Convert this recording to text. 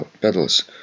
pedals